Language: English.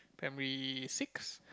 primary six